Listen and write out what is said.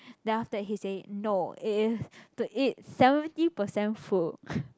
then after that he say no it is to eat seventy percent full